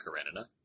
Karenina